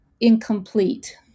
incomplete